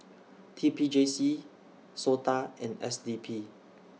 T P J C Sota and S D P